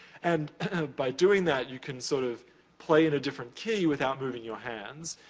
and by doing that, you can sort of play in a different key without moving your hands.